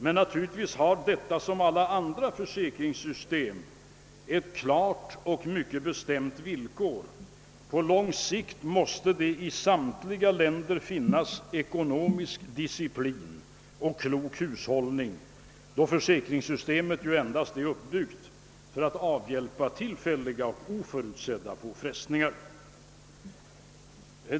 Men naturligtvis har detta liksom alla andra försäkringssystem ett klart och mycket bestämt villkor: på lång sikt måste det i samtliga länder finnas ekonomisk disciplin och klok hushållning, eftersom försäkringssystemet är uppbyggt för att avhjälpa tillfälliga och oförutsedda påfrestningar.